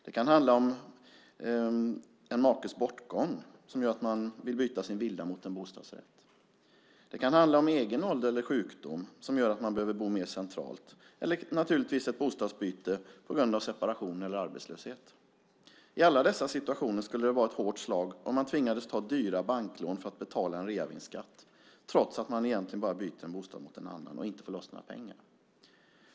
Det kan handla om en makes bortgång som gör att man vill byta sin villa mot en bostadsrätt. Det kan handla om egen ålder eller sjukdom som gör att man behöver bo mer centralt, eller naturligtvis ett bostadsbyte på grund av separation eller arbetslöshet. I alla dessa situationer skulle det vara ett hårt slag om man tvingades ta dyra banklån för att betala en reavinstskatt trots att man egentligen bara byter en bostad mot en annan och inte får loss några pengar.